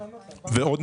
צריך.